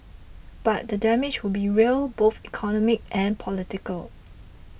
but the damage would be real both economic and political